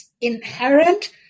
inherent